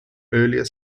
earlier